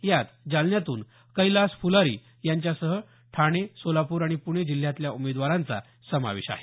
यात जालन्यातून कैलास फुलारी यांच्यासह ठाणे सोलापूर आणि पुणे जिल्ह्यातल्या उमेदवारांचा समावेश आहे